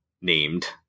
named